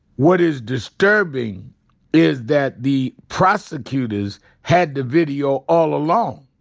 what is disturbing is that the prosecutors had the video all along.